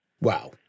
Wow